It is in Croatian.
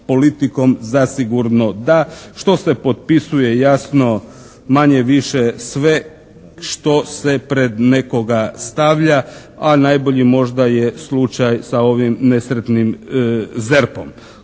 politikom zasigurno da što se potpisuje jasno manje-više sve što se pred nekoga stavlja, a najbolji možda je slučaj sa ovim nesretnim ZERP-om